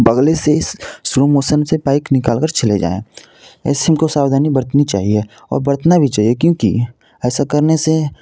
बगले से इस स्लो मोसन से बाइक निकालकर चले जाएँ ऐसे हमको सावधानी बरतनी चाहिए और बरतना भी चाहिए क्योंकि ऐसा करने से